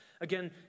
Again